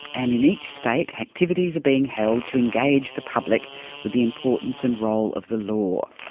and in each state activities are being held to engage the public with the importance and role of the law.